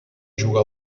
juga